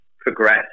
progress